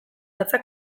datza